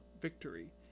victory